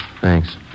Thanks